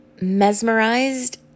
mesmerized